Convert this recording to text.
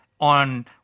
on